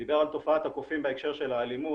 הוא דיבר על תופעת הקופים בהקשר של האלימות,